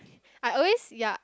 I always ya